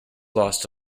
lost